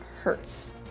hurts